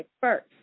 first